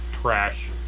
trash